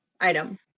item